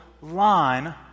line